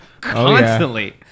constantly